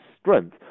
strength